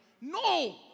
No